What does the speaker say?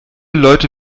leute